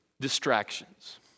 distractions